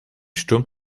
sturm